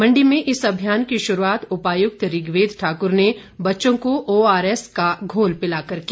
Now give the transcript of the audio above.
मण्डी में इस अभियान की शुरूआत उपायुक्त ऋग्वेद ठाकुर ने बच्चों को ओआर एस का घोल पिलाकर की